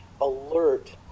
alert